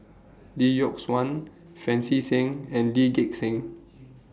Lee Yock Suan Pancy Seng and Lee Gek Seng